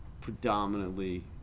predominantly